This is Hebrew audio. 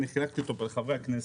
אני חילקתי אותו לחברי הכנסת,